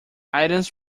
items